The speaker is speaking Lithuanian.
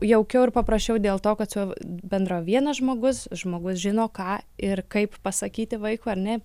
jaukiau ir paprasčiau dėl to kad su bendrauja vienas žmogus žmogus žino ką ir kaip pasakyti vaikui ar ne